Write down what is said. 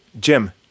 Jim